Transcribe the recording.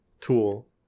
tool